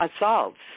assaults